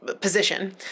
position